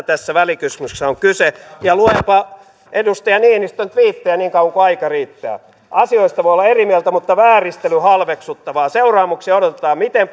tässä välikysymyksessä on kyse ja luenpa edustaja niinistön tviittejä niin kauan kuin aikaa riittää asioista voi olla eri mieltä mutta vääristely halveksuttavaa seuraamuksia odotetaan miten